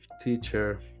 teacher